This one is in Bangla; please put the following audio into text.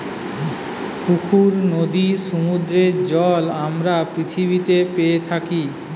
পুকুর, নদীর, সমুদ্রের জল আমরা পৃথিবীতে পেয়ে থাকি